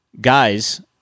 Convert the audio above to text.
guys